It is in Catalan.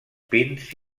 pins